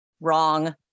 Wrong